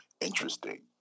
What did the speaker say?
interesting